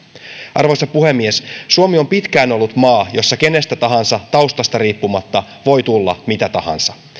arvoisa puhemies suomi on pitkään ollut maa jossa kenestä tahansa taustasta riippumatta voi tulla mitä tahansa